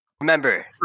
Remember